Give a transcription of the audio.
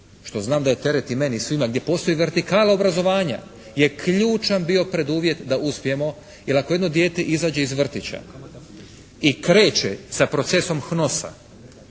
što znam da je teret i meni i svima gdje postoji vertikala obrazovanja je ključan bio preduvjet da uspijemo jer ako jedno dijete izađe iz vrtića i kreće sa procesom HNOS-a